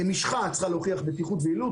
משחה צריכה להוכיח בטיחות ויעילות.